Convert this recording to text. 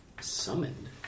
summoned